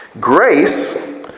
grace